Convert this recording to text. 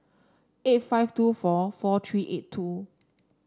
eight five two four four three eight two